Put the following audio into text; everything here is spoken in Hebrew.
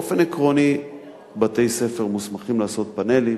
באופן עקרוני בתי-ספר מוסמכים לעשות פאנלים.